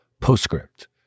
Postscript